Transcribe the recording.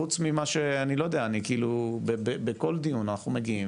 אני לא יודע, בכל דיונים אנחנו מגיעים